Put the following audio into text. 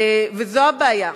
זו הבעיה.